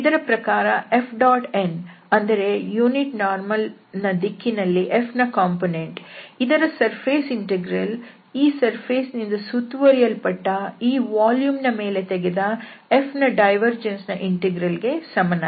ಇದರ ಪ್ರಕಾರ Fn ಅಂದರೆ ಏಕಾಂಶ ಲಂಬ ದ ದಿಕ್ಕಿನಲ್ಲಿ F ನ ಕಂಪೋನೆಂಟ್ ಇದರ ಸರ್ಫೇಸ್ ಇಂಟೆಗ್ರಲ್ ಈ ಸರ್ಫೇಸ್ ನಿಂದ ಸುತ್ತುವರಿಯಲ್ಪಟ್ಟ ಈ ವಾಲ್ಯೂಮ್ ನ ಮೇಲೆ ತೆಗೆದ F ನ ಡೈವರ್ಜೆನ್ಸ್ ನ ಇಂಟೆಗ್ರಲ್ ಗೆ ಸಮನಾಗಿದೆ